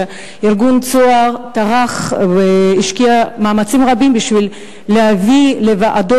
וארגון "צהר" טרח והשקיע מאמצים רבים בשביל להביא לוועדות